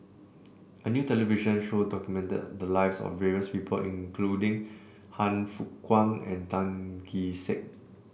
a new television show documented the lives of various people including Han Fook Kwang and Tan Kee Sek